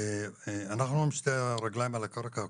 אנחנו עם שתי הרגליים על הקרקע,